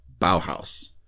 Bauhaus